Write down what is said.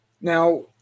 now